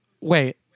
Wait